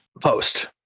Post